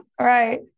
right